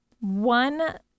One